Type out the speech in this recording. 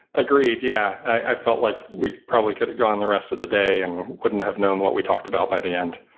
agreed, yeah. i felt like we probably could have gone the rest of the day and wouldn't have known what we talked about by the end.